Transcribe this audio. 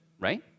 right